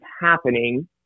happening